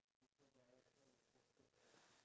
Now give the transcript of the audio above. do you think they realise